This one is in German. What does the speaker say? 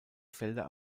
felder